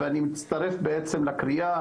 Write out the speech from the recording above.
ואני מצטרף לקריאה